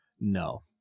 no